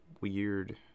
weird